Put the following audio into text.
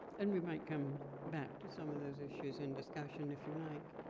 and we might come back to some of those issues in discussion, if you like.